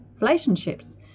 relationships